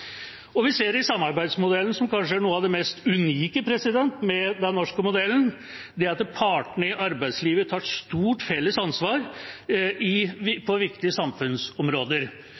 alle. Vi ser det i samarbeidsmodellen, som kanskje er noe av det mest unike med den norske modellen, det at partene i arbeidslivet tar et stort felles ansvar på viktige samfunnsområder.